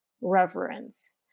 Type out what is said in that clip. reverence